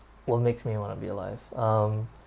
what makes me want to be alive um